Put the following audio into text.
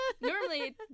normally